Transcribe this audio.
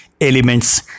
elements